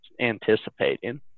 anticipating